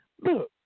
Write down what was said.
Look